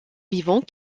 vivants